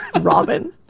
Robin